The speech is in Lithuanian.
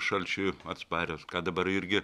šalčiui atsparios ką dabar irgi